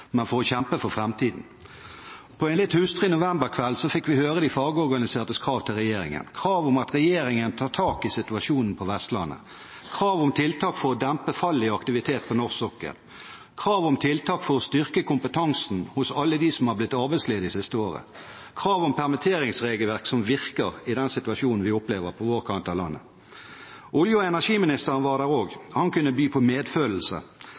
men for å kjempe for framtiden. På en litt hustrig novemberkveld fikk vi høre de fagorganisertes krav til regjeringen om at regjeringen tar tak i situasjonen på Vestlandet, krav om tiltak for å dempe fallet i aktiviteten på norsk sokkel, krav om tiltak for å styrke kompetansen hos alle dem som har blitt arbeidsledige det siste året og krav om permitteringsregelverk som virker i den situasjonen vi opplever på vår kant av landet. Olje- og energiministeren var der også. Han kunne by på medfølelse.